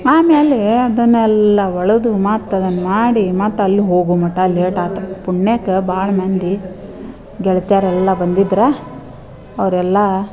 ಆಮೇಲೆ ಅದನ್ನೆಲ್ಲ ಬಳುದು ಮತ್ತು ಅದನ್ನು ಮಾಡಿ ಮತ್ತು ಅಲ್ಲಿ ಹೋಗೋ ಮಟ್ಟ ಲೇಟಾಯ್ತು ಪುಣ್ಯಕ್ಕೆ ಭಾಳ ಮಂದಿ ಗೆಳ್ತೀರೆಲ್ಲ ಬಂದಿದ್ರು ಅವರೆಲ್ಲ